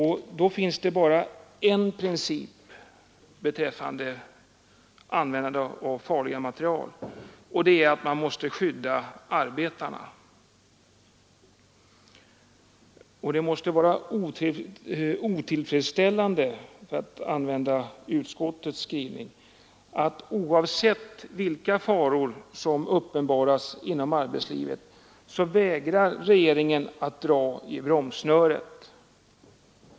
Det finns bara en princip när det gäller användande av farligt material: man måste skydda arbetarna. Det måste anses otillfredsställande, för att använda utskottets skrivning, att regeringen oavsett vilka faror som uppenbaras inom arbetslivet vägrar att dra i bromsen.